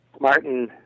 Martin